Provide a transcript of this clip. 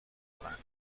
کنند